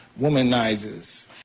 womanizers